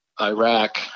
Iraq